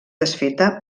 desfeta